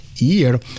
year